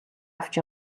авч